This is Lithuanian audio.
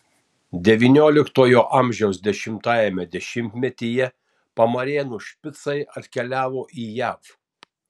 devynioliktojo amžiaus dešimtajame dešimtmetyje pamarėnų špicai atkeliavo į jav